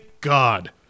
God